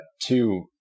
two